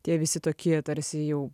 tie visi tokie tarsi jau